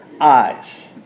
eyes